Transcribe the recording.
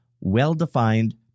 well-defined